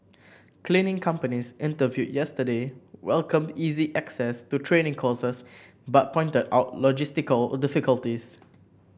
cleaning companies interviewed yesterday welcomed easy access to training courses but pointed out logistical or difficulties